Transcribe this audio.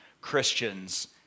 Christians